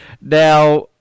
Now